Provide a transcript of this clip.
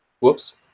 Whoops